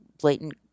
blatant